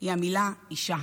היא המילה "אישה".